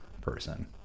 person